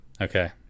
Okay